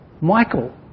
Michael